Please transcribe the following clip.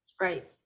Right